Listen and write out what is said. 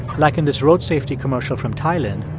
like in this road safety commercial from thailand.